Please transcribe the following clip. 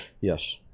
Yes